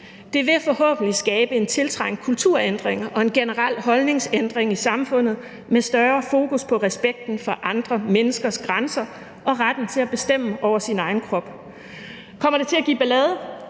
Det vil forhåbentlig skabe en tiltrængt kulturændring og en generel holdningsændring i samfundet med større fokus på respekten for andre menneskers grænser og retten til at bestemme over egen krop. Kommer det til at give ballade?